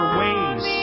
ways